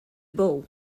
beau